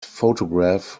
photograph